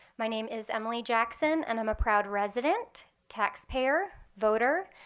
my name is emily jackson and i'm a proud resident, taxpayer, voter,